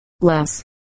less